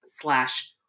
slash